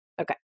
Okay